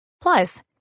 Plus